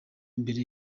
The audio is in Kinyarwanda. mbere